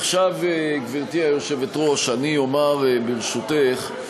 עכשיו, גברתי היושבת-ראש, אני אומר, ברשותך,